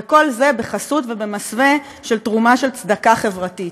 וכל זה בחסות ובמסווה של תרומה לצדקה חברתית.